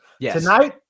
Tonight